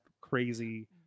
crazy